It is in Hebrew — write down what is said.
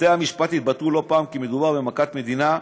בתי-המשפט התבטאו לא פעם כי מדובר במכת מדינה,